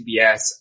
CBS